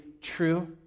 true